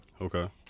Okay